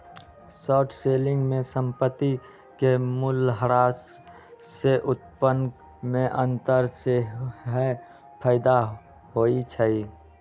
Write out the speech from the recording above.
short selling में संपत्ति के मूल्यह्रास से उत्पन्न में अंतर सेहेय फयदा होइ छइ